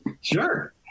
Sure